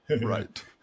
Right